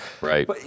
Right